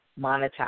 monetize